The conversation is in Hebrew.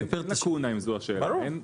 ברור.